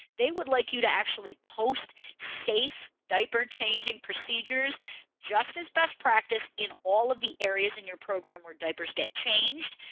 they would like you to actually post safe diaper-changing procedures just as best practice in all of the areas in your program where diapers get changed.